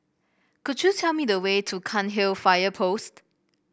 could you tell me the way to Cairnhill Fire Post